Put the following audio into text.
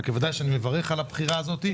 אבל בוודאי אני מברך על הבחירה הזאת.